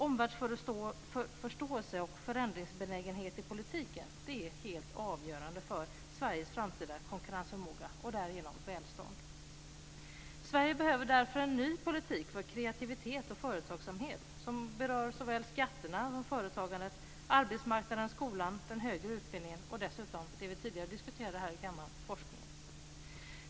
Omvärldsförståelse och förändringsbenägenhet i politiken är helt avgörande för Sveriges framtida konkurrensförmåga och därigenom dess välstånd. Sverige behöver därför en ny politik för kreativitet och företagsamhet som berör såväl skatterna inom företagandet, arbetsmarknaden, skolan, den högre utbildningen och dessutom det vi tidigare diskuterade här i kammaren, forskningen.